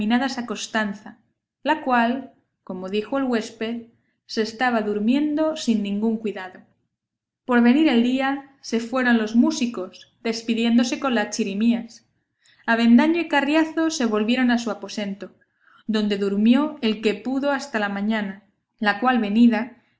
a costanza la cual como dijo el huésped se estaba durmiendo sin ningún cuidado por venir el día se fueron los músicos despidiéndose con las chirimías avendaño y carriazo se volvieron a su aposento donde durmió el que pudo hasta la mañana la cual venida